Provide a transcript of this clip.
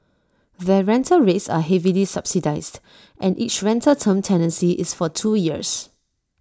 their rental rates are heavily subsidised and each rental term tenancy is for two years